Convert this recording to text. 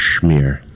schmear